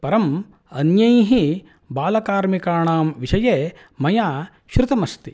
परम् अन्यैः बालकार्मिकाणां विषये मया श्रुतम् अस्ति